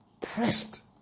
pressed